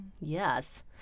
Yes